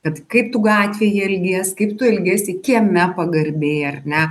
kad kaip tu gatvėje elgies kaip tu elgiesi kieme pagarbiai ar ne